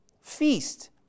feast